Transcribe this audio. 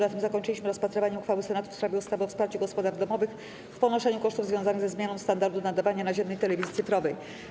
Na tym zakończyliśmy rozpatrywanie uchwały Senatu w sprawie ustawy o wsparciu gospodarstw domowych w ponoszeniu kosztów związanych ze zmianą standardu nadawania naziemnej telewizji cyfrowej.